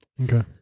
Okay